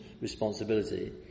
responsibility